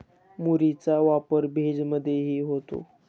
मुरीचा वापर भेज मधेही होतो